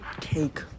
cake